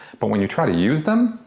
but when you try to use them?